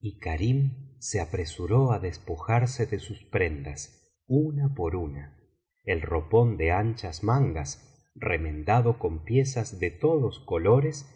y karim se apresuró á despojarse de sus prendas una por una el ropón de anchas mangas remendado con piezas de todos colores